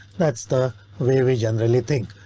that's the way we generally think.